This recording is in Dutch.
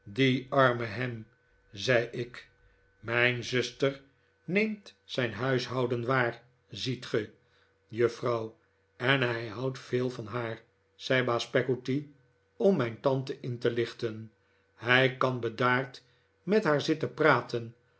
ham zei ik mijn zuster neemt zijn huishouden waar ziet ge juffrouw en hij houdt veel van haar zei baas peggotty om mijn tante in te lichten hij kan beda'ard met haar zitten praten